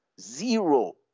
Zero